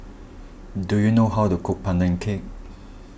do you know how to cook Pandan Cake